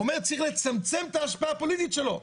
אומר צריך לצמצם את ההשפעה הפוליטית שלו.